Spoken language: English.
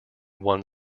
one